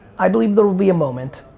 i believe there will be a moment,